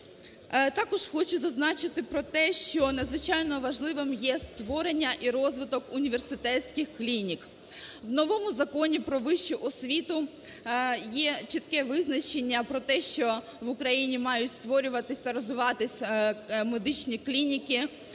Також хочу зазначити про те, що надзвичайно важливим є створення і розвиток університетських клінік. В новому Законі "Про вищу освіту" є чітке визначення про те, що в Україні мають створюватись, розвиватися медичні клініки,